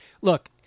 Look